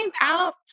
out